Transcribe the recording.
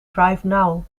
drivenow